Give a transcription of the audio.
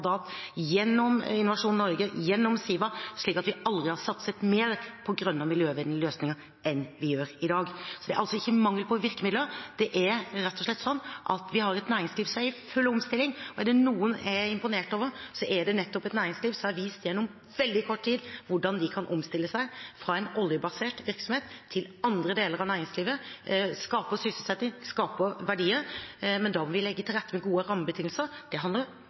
gjennom Innovasjon Norge, gjennom SIVA – så vi har aldri satset mer på grønne og miljøvennlige løsninger enn vi gjør i dag. Så det er altså ikke mangel på virkemidler. Det er rett og slett slik at vi har et næringsliv som er i full omstilling. Og er det noen jeg er imponert over, så er det nettopp et næringslivet, som i løpet av veldig kort tid har vist hvordan de kan omstille seg fra en oljebasert virksomhet til andre deler av næringslivet, og som skaper sysselsetting og skaper verdier. Men da må vi legge til rette med gode rammebetingelser. Det handler bl.a. om